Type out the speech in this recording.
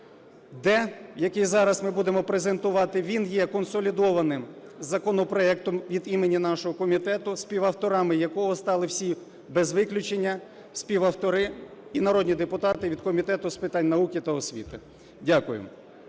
який зараз ми будемо презентувати, він є консолідованим законопроектом від імені нашого комітету, співавторами якого стали всі, без виключення, співавтори і народні депутати від Комітету з питань науки та освіти. Дякую.